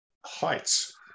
Heights